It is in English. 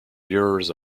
years